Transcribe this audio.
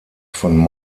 von